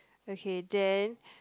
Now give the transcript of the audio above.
okay then